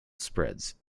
spreads